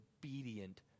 obedient